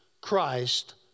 christ